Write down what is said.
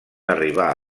arribar